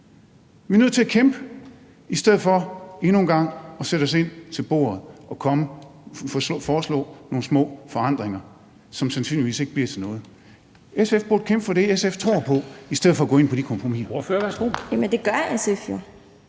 Vi er nødt til at kæmpe i stedet for endnu en gang at sætte os ind til bordet og foreslå nogle små forandringer, som sandsynligvis ikke bliver til noget. SF burde kæmpe for det, SF tror på, i stedet for at gå ind på de kompromiser.